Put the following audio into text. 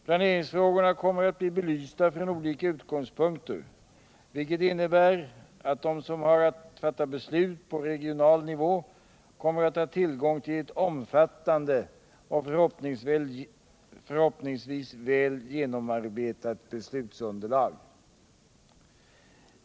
Planeringsfrågorna kommer att bli belysta från olika utgångspunkter, vilket innebär att de som har att fatta beslut på regional nivå kommer att ha tillgång till ett omfattande och förhoppningsvis väl genomarbetat beslutsunderlag.